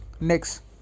Next